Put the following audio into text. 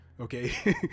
Okay